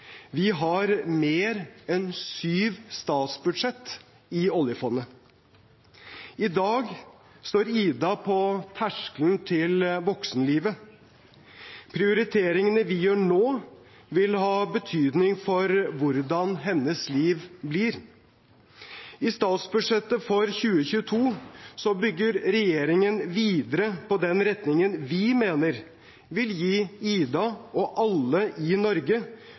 Vi har mer enn syv statsbudsjetter i oljefondet. I dag står Ida på terskelen til voksenlivet. Prioriteringene vi gjør nå, vil ha betydning for hvordan hennes liv blir. I statsbudsjettet for 2022 bygger regjeringen videre på den retningen vi mener vil gi Ida, og alle i Norge,